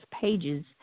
pages